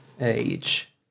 age